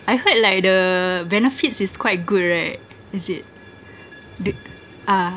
I heard like the benefits is quite good right is it the ah